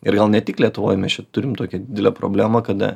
ir gal ne tik lietuvoj mes čia turim tokią didelę problemą kada